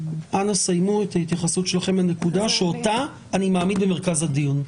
אנא סיימו את ההתייחסות שלכם לנקודה שאותה אני מעמיד במרכז הדיון.